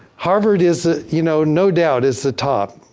harvard is, you know, no doubt is the top.